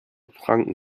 franken